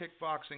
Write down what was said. Kickboxing